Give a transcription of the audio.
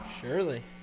Surely